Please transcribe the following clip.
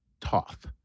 Toth